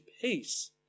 peace